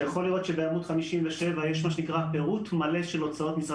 אנחנו רואים שדולה שהוקמה באופן ייעודי לטפל בחיזוק מערך החוץ,